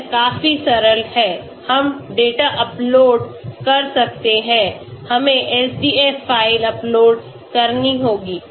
यह काफी सरल है हम डेटा अपलोड कर सकते हैं हमें SDF फाइल अपलोड करनी होगी